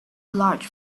large